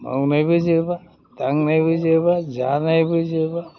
मावनायबो जोबा दांनायबो जोबा जानायबो जोबा